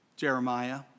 Jeremiah